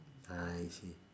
I see